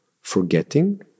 forgetting